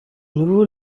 nouveau